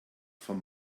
von